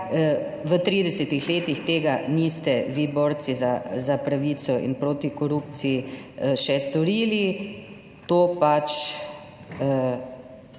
v 30 letih tega niste vi borci za pravico in proti korupciji še storili? To pač